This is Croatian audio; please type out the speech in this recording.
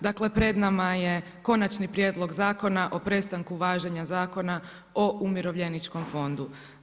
Dakle pred nama je Konačni prijedlog Zakona o prestanku važenja Zakona o Umirovljeničkom fondu.